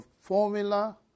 formula